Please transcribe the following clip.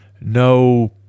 no